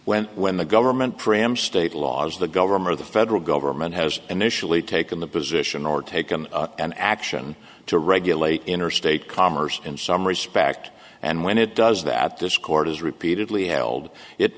when when the government cram state laws the government of the federal government has initially taken the position or taken an action to regulate interstate commerce in some respect and when it does that this court has repeatedly held it